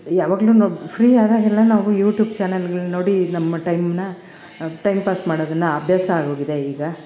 ಯಾವಾಗಲೂ ನಾವು ಫ್ರೀ ಆದಾಗೆಲ್ಲ ನಾವು ಯೂಟ್ಯೂಬ್ ಚಾನಲ್ಗಳು ನೋಡಿ ನಮ್ಮ ಟೈಮನ್ನ ಟೈಮ್ ಪಾಸ್ ಮಾಡೋದನ್ನು ಅಭ್ಯಾಸ ಆಗೋಗಿದೆ ಈಗ